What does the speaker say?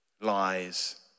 lies